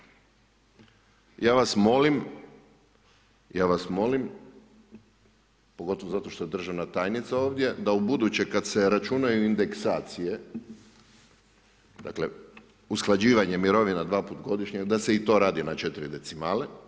Ja vas molim, pogotovo zato što je državna tajnica ovdje da u buduće kad se računaju indeksacije, dakle usklađivanje mirovina dvaput godišnje da se i to radi na četiri decimale.